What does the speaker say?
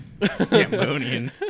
Cambodian